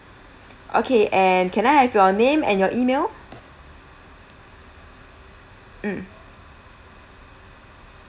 okay and can I have your name and your email mm